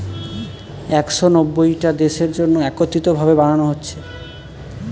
একশ নব্বইটা দেশের জন্যে একত্রিত ভাবে বানানা হচ্ছে